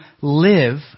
live